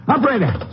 Operator